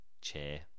chair